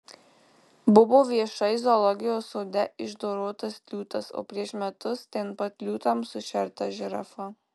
buvo viešai zoologijos sode išdorotas liūtas o prieš metus ten pat liūtams sušerta žirafa